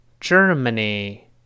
Germany